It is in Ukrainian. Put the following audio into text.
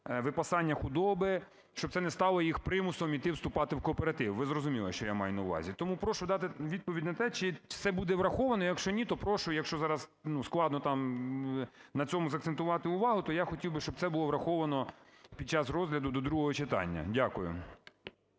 випасання худоби, щоб це не стало їх примусом іти вступати в кооператив. Ви зрозуміли, що я маю на увазі. Тому прошу дати відповідь на те, чи все буде враховано. Якщо ні, то прошу, якщо зараз ну складно там на цьому закцентувати увагу, то я хотів би, щоб це було враховано під час розгляду до другого читання. Дякую.